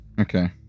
Okay